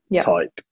type